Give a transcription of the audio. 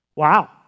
Wow